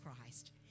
Christ